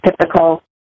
typical